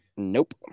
Nope